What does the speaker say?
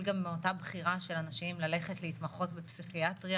גם עם אותה בחירה של אנשים ללכת להתמחות בפסיכיאטריה,